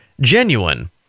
genuine